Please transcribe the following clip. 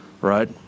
right